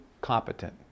competent